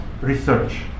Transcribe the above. research